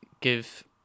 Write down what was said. give